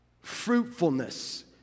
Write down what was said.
fruitfulness